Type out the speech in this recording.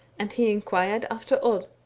and he inquired after odd.